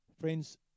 Friends